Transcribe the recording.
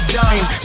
dying